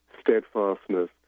steadfastness